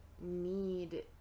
need